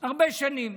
הרבה שנים,